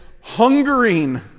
hungering